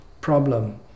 problem